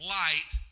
light